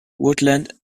woodland